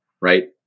right